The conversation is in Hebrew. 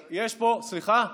סליחה?